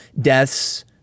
deaths